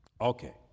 Okay